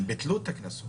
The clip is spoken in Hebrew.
הם ביטלו את הקנסות.